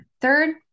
Third